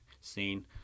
scene